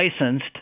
licensed